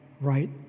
right